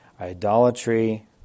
idolatry